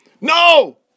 no